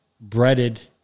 breaded